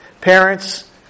Parents